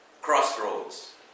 crossroads